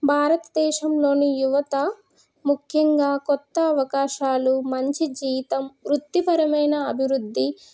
భారతదేశంలోని యువత ముఖ్యంగా కొత్త అవకాశాలు మంచి జీతం వృత్తిపరమైన అభివృద్ధి